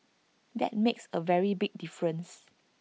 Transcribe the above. that makes A very big difference